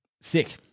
sick